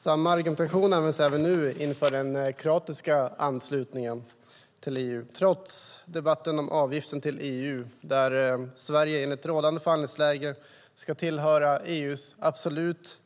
Samma argumentation används även nu inför den kroatiska anslutningen till EU, trots debatten om avgiften till EU där Sverige enligt rådande förhandlingsläge ska tillhöra EU:s absolut